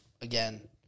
again